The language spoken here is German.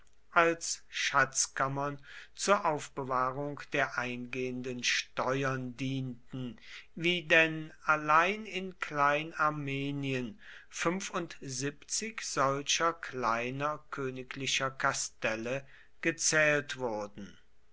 als schatzkammern zur aufbewahrung der eingehenden steuern dienten wie denn allein in kleinarmenien fünfundsiebzig solcher kleiner königlicher kastelle gezählt wurden